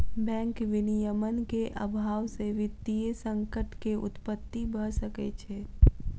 bank विनियमन के अभाव से वित्तीय संकट के उत्पत्ति भ सकै छै